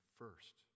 first